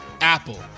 Apple